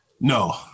no